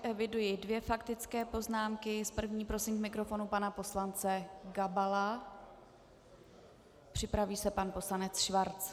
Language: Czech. Eviduji dvě faktické poznámky, s první prosím k mikrofonu pana poslance Gabala, připraví se pan poslanec Schwarz.